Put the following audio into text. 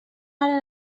ara